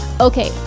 Okay